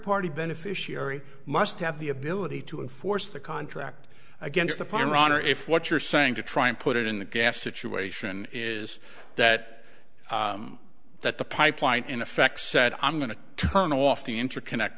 party beneficiary must have the ability to enforce the contract against the pentagon or if what you're saying to try and put it in the gas situation is that that the pipeline in effect said i'm going to turn off the interconnect